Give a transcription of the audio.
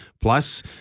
plus